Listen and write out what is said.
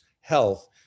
health